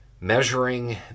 measuring